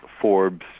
Forbes